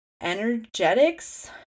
energetics